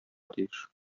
тиеш